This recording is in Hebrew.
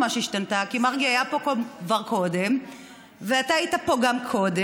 הזה ינוצל בצורה כזו שנוכל, בבקשה, גברתי,